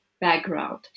background